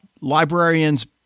librarians